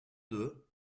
deux